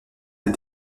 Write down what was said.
des